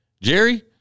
Jerry